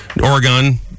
Oregon